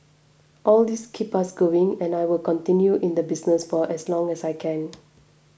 all these keep us going and I will continue in the business for as long as I can